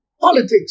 Politics